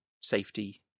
safety